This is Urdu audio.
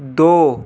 دو